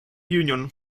union